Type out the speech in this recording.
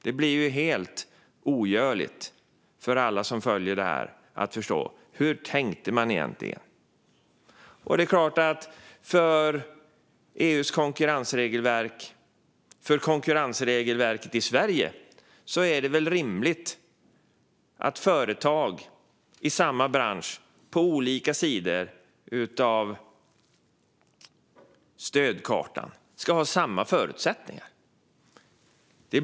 Det blir helt ogörligt för alla som följer det här att förstå hur man egentligen tänkte. När det gäller EU:s och Sveriges konkurrensregelverk är det väl rimligt att företag som finns i samma bransch men på olika sidor av stödkartan ska ha samma förutsättningar.